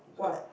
what